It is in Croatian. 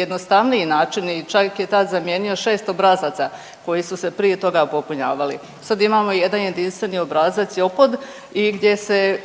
jednostavniji način i čak je tad zamijenio 6 obrazaca koji su se prije toga popunjavali. Sad imamo jedan jedinstveni obrazac JOPPD i gdje se